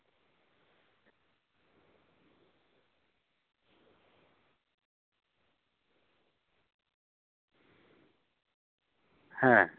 ᱦᱮᱸ